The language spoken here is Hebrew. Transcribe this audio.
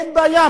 אין בעיה.